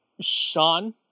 Sean